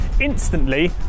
Instantly